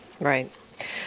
Right